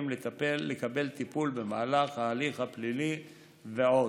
לקבל טיפול במהלך ההליך הפלילי ועוד,